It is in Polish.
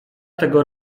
tego